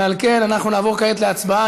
ועל כן נעבור כעת להצבעה.